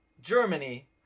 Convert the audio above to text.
Germany